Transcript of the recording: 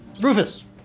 Rufus